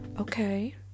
Okay